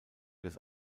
des